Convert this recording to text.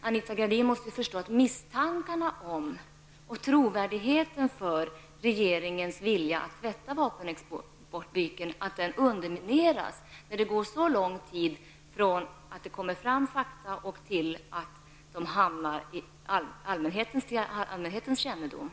Anita Gradin måste förstå att tron på regeringens vilja att tvätta vapenexportbyken undermineras, då det går så lång tid från det att fakta kommer fram till dess att allmänheten får veta någonting.